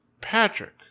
Patrick